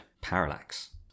parallax